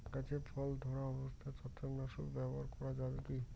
গাছে ফল ধরা অবস্থায় ছত্রাকনাশক ব্যবহার করা যাবে কী?